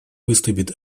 выступит